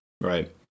Right